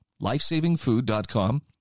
lifesavingfood.com